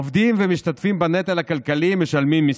עובדים ומשתתפים בנטל הכלכלי, משלמים מיסים.